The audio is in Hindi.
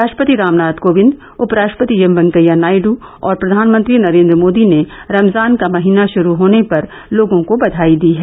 राष्ट्रपति रामनाथ कोविंद उपराष्ट्रपति एम वैकेया नायडू और प्रधानमंत्री नरेन्द्र मोदी ने रमजान का महीना शुरू होने पर लोगों को बधाई दी है